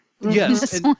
Yes